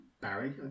Barry